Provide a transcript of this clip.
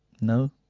No